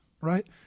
right